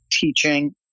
teaching